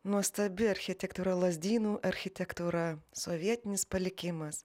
nuostabi architektūra lazdynų architektūra sovietinis palikimas